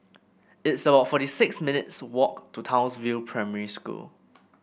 it's about forty six minutes' walk to Townsville Primary School